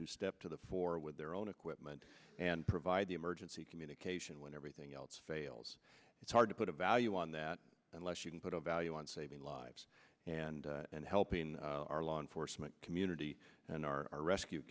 who step to the fore with their own equipment and provide the emergency communication when everything else fails it's hard to put a value on that unless you can put a value on saving lives and and helping our law enforcement community and our rescue